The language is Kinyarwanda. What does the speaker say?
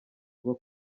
rwo